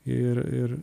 ir ir